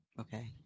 Okay